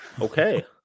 okay